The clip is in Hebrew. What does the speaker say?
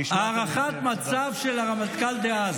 הם לא מחליטים, הערכת מצב של הרמטכ"ל דאז.